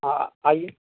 हाँ आइए